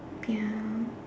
ya